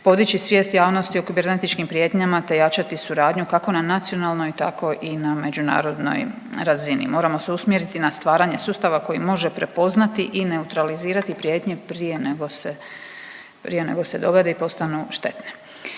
podići svijest javnosti o kibernetičkim prijetnjama te jačati suradnju, kako na nacionalnoj, tako i na međunarodnoj razini. Moramo se usmjeriti na stvaranje sustava koji može prepoznati i neutralizirati prijetnje prije nego se dogode i postanu štetne.